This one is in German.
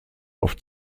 auf